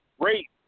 great